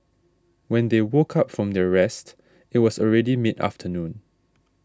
when they woke up from their rest it was already mid afternoon